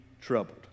troubled